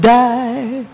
die